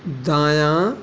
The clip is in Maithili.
दायाँ